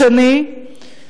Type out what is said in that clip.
השני,